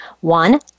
one